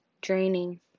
draining